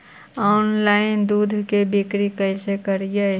Online दुध के बिक्री कैसे करि?